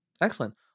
Excellent